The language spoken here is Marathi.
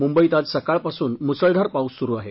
मुंबईत आज सकाळपासून मुसळधार पाऊस सुरु आहे